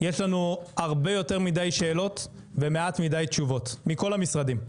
יש לנו הרבה יותר מידי שאלות ומעט מידי תשובות מכל המשרדים,